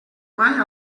mai